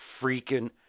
freaking